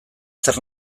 zer